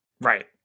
Right